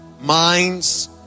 minds